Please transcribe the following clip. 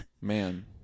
Man